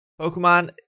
Pokemon